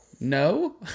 no